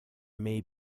may